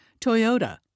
Toyota